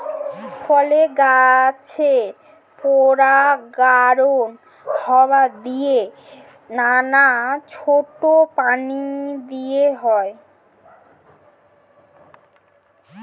ফলের গাছের পরাগায়ন হাওয়া দিয়ে, নানা ছোট প্রাণী দিয়ে হয়